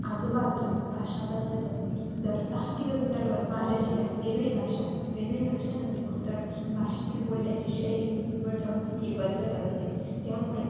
आजूबाजूला भाषा बदलत असते दर सहा किलोमीटरवर माझ्या जिल्ह्यात वेगळी भाषा वेगळी भाषा नव्हे तर भाषेतील बोलल्याची शैली व ढब ही बदलत असते त्यामुळे